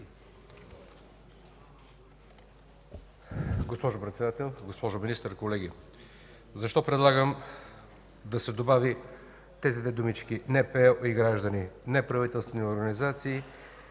Госпожо Председател, госпожо Министър, колеги! Защо предлагам да се добавят тези две думички „НПО и граждани”, неправителствени организации